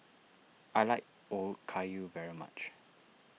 I like Okayu very much